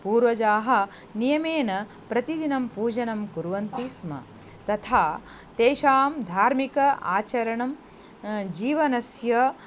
पूर्वजाः नियमेन प्रतिदिनं पूजनं कुर्वन्ति स्म तथा तेषां धार्मिक आचरणं जीवनस्य